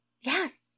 Yes